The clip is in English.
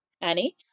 Annie